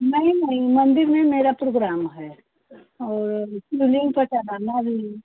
नहीं नहीं मंदिर में मेरा प्रोग्राम है और शिवलिंग पर चढ़ाना भी